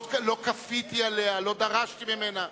לא כפיתי עליה, לא דרשתי ממנה.